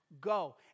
Go